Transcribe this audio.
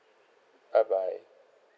bye bye